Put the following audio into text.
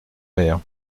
maire